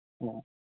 ꯑꯣ